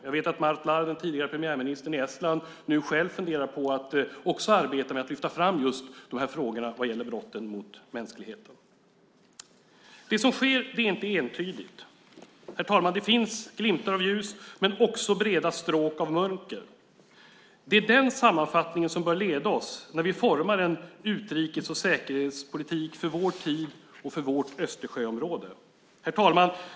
Jag vet att Mart Laar, den tidigare premiärministern i Estland, nu själv funderar på att arbeta med att lyfta fram just de här frågorna vad gäller brotten mot mänskligheten. Det som sker är inte entydigt. Herr talman! Det finns glimtar av ljus men också breda stråk av mörker. Det är den sammanfattning som bör leda oss när vi formar en utrikes och säkerhetspolitik för vår tid och för vårt Östersjöområde. Herr talman!